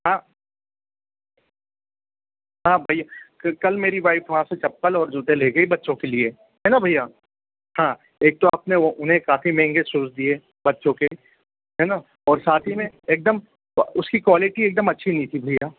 हाँ हाँ भैया क कल मेरी वाइफ वहाँ से चप्पल और जूते ले गई बच्चों के लिए हैना भैया हाँ एक तो आपने उन्हे काफी महंगे शूज दिए बच्चों के हैना और साथ ही में एकदम अ उसकी क्वालिटी एक दम अच्छी नहीं थी भैया